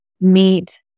meet